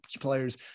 players